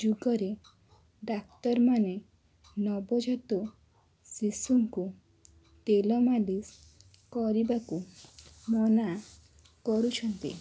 ଯୁଗରେ ଡାକ୍ତରମାନେ ନବଜାତ ଶିଶୁଙ୍କୁ ତେଲ ମାଲିସ୍ କରିବାକୁ ମନା କରୁଛନ୍ତି